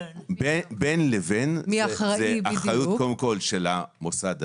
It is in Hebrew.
בין לבין זו אחריות קודם כל של המוסד עצמו,